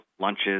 lunches